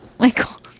Michael